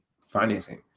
financing